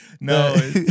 no